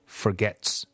forgets